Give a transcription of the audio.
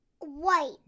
White